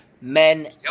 men